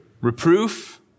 reproof